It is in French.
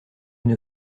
une